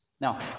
Now